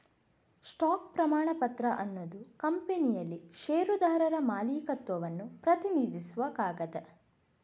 stock ಪ್ರಮಾಣಪತ್ರ ಅನ್ನುದು ಕಂಪನಿಯಲ್ಲಿ ಷೇರುದಾರರ ಮಾಲೀಕತ್ವವನ್ನ ಪ್ರತಿನಿಧಿಸುವ ಕಾಗದ